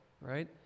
right